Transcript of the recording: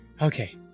Okay